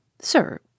Sir